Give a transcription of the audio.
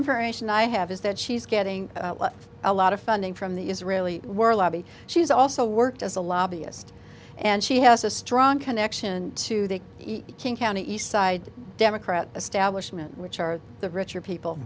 information i have is that she's getting a lot of funding from the israeli were a lobby she's also worked as a lobbyist and she has a strong connection to the king county side democrat establishment which are the richer people